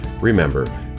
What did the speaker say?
Remember